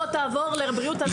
בוא תעבור לבריאות הנפש.